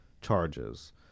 charges